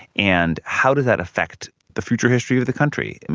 and how does that affect the future history of the country?